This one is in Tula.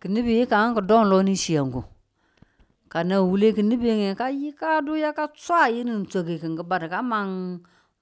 ki̱ ni bi kan chi don lonichi ngegu, ka nan wule ki̱nibi ye ka yikadu yaka swa yiri swagu kin ki̱badu ka ma